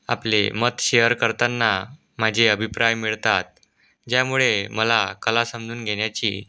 आपले मत शेअर करताना माझे अभिप्राय मिळतात ज्यामुळे मला कला समजून घेण्याची